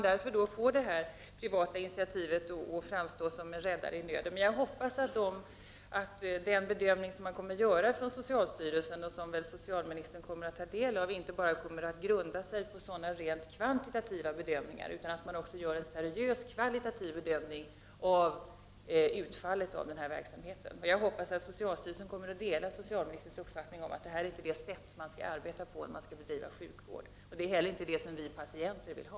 Därför kan detta privata initiativ framstå som en räddare i nöden. Jag hoppas att den bedömning som socialstyrelsen kommer att göra, och som socialministern förmodligen kommer att ta del av, inte kommer att grunda sig enbart på rent kvantita tiva bedömningar utan att man även gör en seriös kvalitativ bedömning av — Prot. 1989/90:30 utfallet av den undersökning som kommer att göras av verksamheten. Jag 21 november 1989 hoppas att socialstyrelsen kommer att dela socialministerns uppfattning att Real tu sd a 3 ar — Svar på frågor detta inte är ett riktigt sätt att arbeta på när man bedriver sjukvård. Det är inte heller detta som vi patienter vill ha.